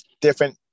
different